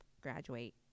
graduate